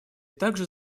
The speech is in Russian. также